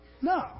No